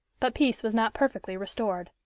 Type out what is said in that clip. but peace was not perfectly restored.